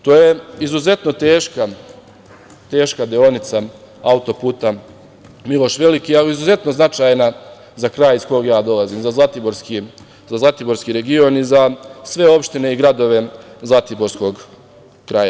To je izuzetno teška deonica auto puta Miloš Veliki, ali izuzetno značajna, za kraj iz koga ja dolazim, za zlatiborski region, i za sve opštine i gradove zlatiborskog kraja.